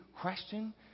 question